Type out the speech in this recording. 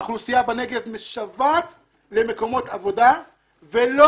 האוכלוסייה בנגב משוועת למקומות עבודה ולא